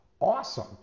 awesome